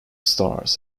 stars